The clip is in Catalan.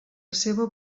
seva